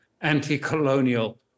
anti-colonial